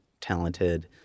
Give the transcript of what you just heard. talented